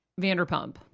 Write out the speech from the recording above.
Vanderpump